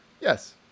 yes